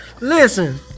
Listen